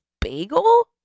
Bagel